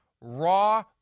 Raw